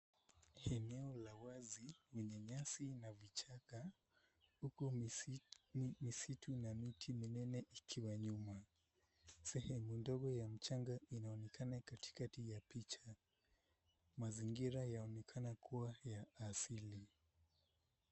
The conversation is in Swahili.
Eneo la wazi lenye nyasi na vichaka huku misitu na miti minene ikiwa nyuma. Sehemu ndogo ya mchanga inaonekana katikati ya picha. Mazingira yaonekana kuwa ya asili.